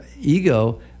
ego